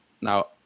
Now